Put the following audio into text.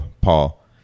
Paul